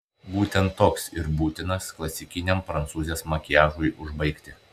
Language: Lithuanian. būtent toks ir būtinas klasikiniam prancūzės makiažui užbaigti